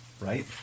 right